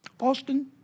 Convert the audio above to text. Austin